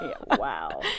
Wow